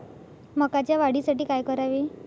मकाच्या वाढीसाठी काय करावे?